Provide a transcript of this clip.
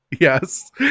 Yes